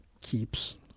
keeps